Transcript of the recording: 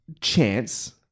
chance